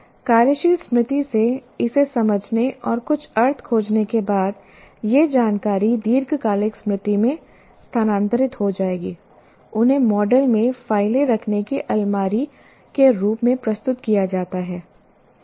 कार्यशील स्मृति से इसे समझने और कुछ अर्थ खोजने के बाद यह जानकारी दीर्घकालिक स्मृति में स्थानांतरित हो जाएगी उन्हें मॉडल में फाइलें रखने की अलमारी के रूप में प्रस्तुत किया जाता है